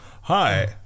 Hi